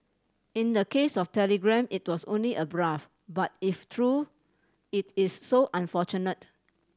in the case of Telegram it was only a bluff but if true it is so unfortunate